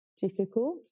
difficult